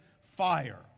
fire